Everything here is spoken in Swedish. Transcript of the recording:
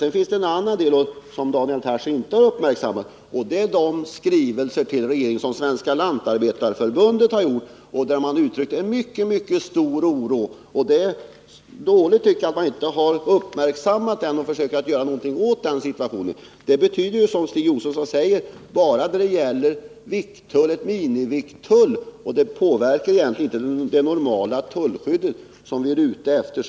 Det finns emellertid ett annat problem som Daniel Tarschys inte har uppmärksammat men som tas upp i de skrivelser till regeringen i vilka Svenska lantarbetareförbundet har uttryckt sin mycket stora oro. Det är dåligt, tycker jag, att man inte har uppmärksammat och försökt att göra något åt den situation som påtalas av Lantarbetareförbundet. Som Stig Josefson säger påverkar minimivikttullarna egentligen inte det normala tullskyddet.